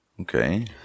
Okay